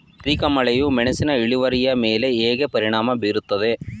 ಅಧಿಕ ಮಳೆಯು ಮೆಣಸಿನ ಇಳುವರಿಯ ಮೇಲೆ ಹೇಗೆ ಪರಿಣಾಮ ಬೀರುತ್ತದೆ?